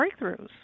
breakthroughs